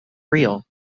real